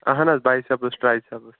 اَہَن حظ باے سیٚپٕس ٹرٛے سیٚپٕس